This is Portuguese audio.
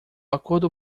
acordo